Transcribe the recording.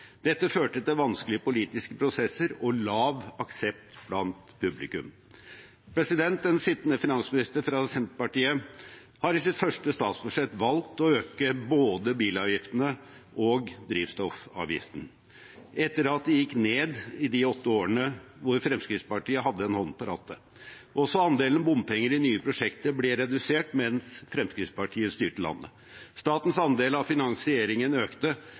Dette førte til vanskelige politiske prosesser og lav aksept blant publikum. Den sittende finansminister fra Senterpartiet har i sitt første statsbudsjett valgt å øke både bilavgiftene og drivstoffavgiften, etter at de gikk ned i de åtte årene da Fremskrittspartiet hadde en hånd på rattet. Også andelen bompenger i nye prosjekter ble redusert mens Fremskrittspartiet styrte landet. Statens andel av finansieringen økte,